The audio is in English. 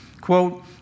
Quote